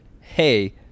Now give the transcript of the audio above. hey